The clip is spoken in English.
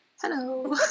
hello